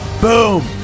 Boom